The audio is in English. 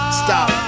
stop